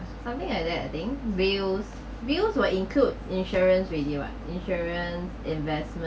something like that I think bills bills will include insurance with you ah insurance investment